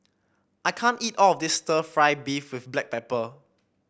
I can't eat all of this stir fry beef with Black Pepper